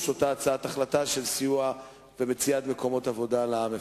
הצעת ההחלטה בדבר סיוע ומציאת מקומות עבודה למפונים?